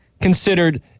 considered